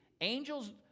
Angels